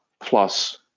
plus